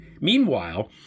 Meanwhile